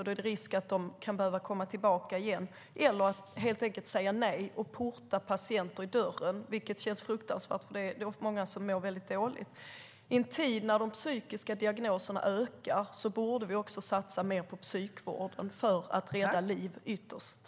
Då är det risk att de kan behöva komma tillbaka eller att man helt enkelt får säga nej och porta patienter vid dörren. Det känns fruktansvärt, för många mår väldigt dåligt. I en tid när de psykiska diagnoserna ökar borde vi satsa mer på psykvården för att ytterst rädda liv.